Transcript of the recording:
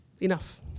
Enough